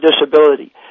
disability